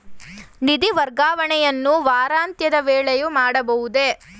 ನಿಧಿ ವರ್ಗಾವಣೆಯನ್ನು ವಾರಾಂತ್ಯದ ವೇಳೆಯೂ ಮಾಡಬಹುದೇ?